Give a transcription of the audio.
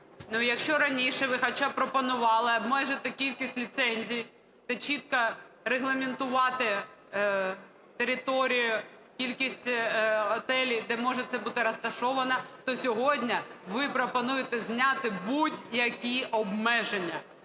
ну, якщо раніше ви хоча б пропонували обмежити кількість ліцензій та чітко регламентувати територію, кількість готелів, де може бути це розташовано, то сьогодні ви пропонуєте зняти будь-які обмеження.